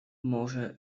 może